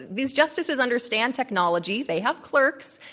these justices understand technology. they have clerks.